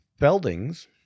feldings